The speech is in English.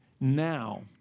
now